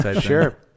Sure